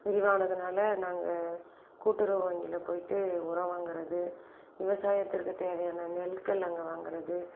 விரிவானதுனால் நாங்கள் கூட்டுறவு வங்கியில் போயிட்டு உரம் வாங்குவது விவசாயத்துக்கு தேவையான நெல்கள் அங்கே வாங்குவது